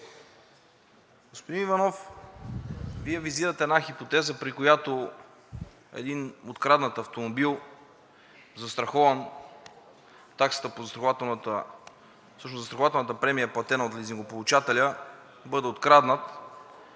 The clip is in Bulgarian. Господин Иванов, Вие визирате една хипотеза, при която един откраднат автомобил, застрахован, застрахователната премия е платена от лизингополучателя, бъде откраднат